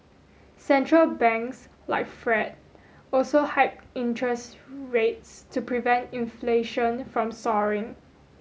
central banks like the Fed also hiked interest rates to prevent inflation from soaring